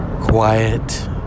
Quiet